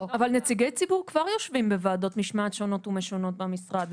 -- אבל נציגי ציבור כבר יושבים בוועדות משמעת שונות ומשונות במשרד,